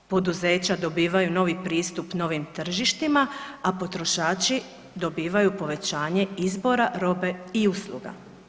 Poduzeća dobivaju novi pristup novim tržištima, a potrošači dobivaju povećanje izbora robe i usluga.